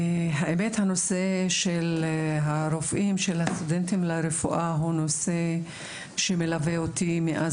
נושא סטודנטים לרפואה מלווה אותי מזה שלוש שנים.